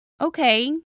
Okay